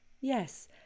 yes